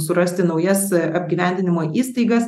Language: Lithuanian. surasti naujas apgyvendinimo įstaigas